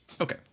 Okay